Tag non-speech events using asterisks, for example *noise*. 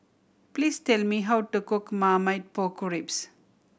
please tell me how to cook marmite pork *unintelligible* ribs